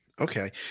Okay